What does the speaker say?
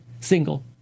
single